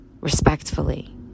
Respectfully